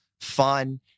fun